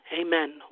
Amen